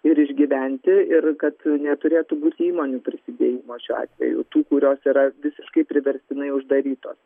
ir išgyventi ir kad neturėtų būt įmonių prisidėjimo šiuo atveju tų kurios yra visiškai priverstinai uždarytos